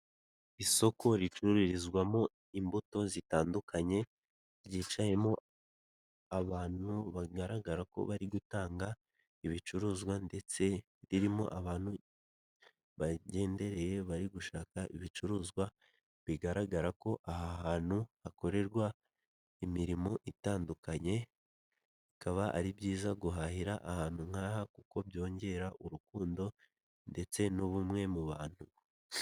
Isoko ricururizwamo imbuto zitandukanye, ryicaye mo abantu bagaragara ko bari gutanga ibicuruzwa ndetse ririmo abantu bagendereye bari gushaka ibicuruzwa bigaragara ko aha hantu hakorerwa imirimo itandukanye bikaba ari byiza guhahira ahantu nk'aha kuko byongera urukundo ndetse n'ubumwe mu bantu.